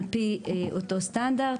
על פי אותו הסטנדרט,